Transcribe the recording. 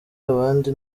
abandi